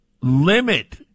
limit